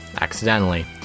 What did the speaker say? accidentally